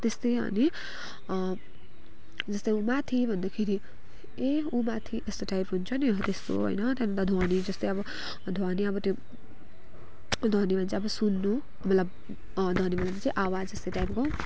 त्यस्तै अनि जस्तै माथि भन्दाखेरि ए उ माथि यस्तो टाइप हुन्छ नि हो त्यस्तो होइन त्यहाँदेखि त ध्वनि जस्तै अब ध्वनि अब त्यो ध्वनि भनेको चाहिँ अब सुन्नु मतलब अँ ध्वनि भनेको चाहिँ आवाज जस्तो टाइपको